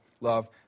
love